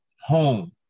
home